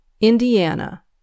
Indiana